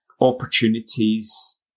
opportunities